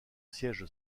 siège